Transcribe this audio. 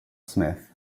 smith